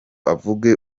avuge